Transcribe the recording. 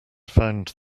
found